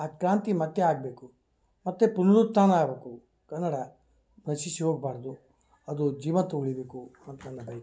ಆ ಕ್ರಾಂತಿ ಮತ್ತೆ ಆಗಬೇಕು ಮತ್ತು ಪುನುರುತ್ಥಾನ ಆಗಬೇಕು ಕನ್ನಡ ನಶಿಸಿ ಹೋಗಬಾರ್ದು ಅದು ಜೀವಂತ ಉಳಿಬೇಕು ಅಂತ ನನ್ನ ಬಯಕೆ